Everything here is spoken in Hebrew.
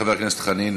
חבר הכנסת דב חנין,